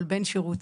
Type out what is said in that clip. כל בן שירות,